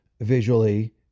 visually